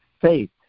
Faith